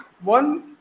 one